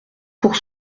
pour